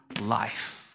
life